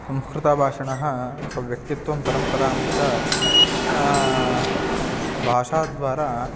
संस्कृतभाषिणः स्वव्यक्तित्वं परम्परां च भाषाद्वारा